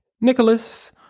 Nicholas